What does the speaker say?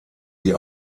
sie